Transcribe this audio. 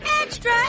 Extra